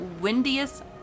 windiest